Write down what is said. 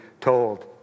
told